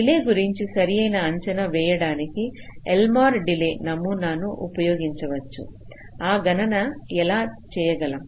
delay గురించి సరసమైన అంచనా వేయడానికి ఎల్మోర్ డిలే నమూనాను ఉపయోగించవచ్చు ఆ గణనను ఎలా చేయగలం